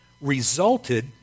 resulted